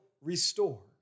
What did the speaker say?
restore